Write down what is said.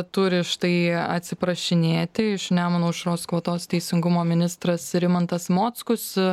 turi štai atsiprašinėti iš nemuno aušros kvotos teisingumo ministras rimantas mockus